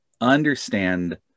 understand